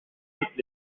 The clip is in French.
toutes